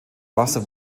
wasser